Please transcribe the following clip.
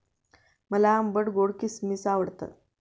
मला आंबट गोड किसमिस आवडतात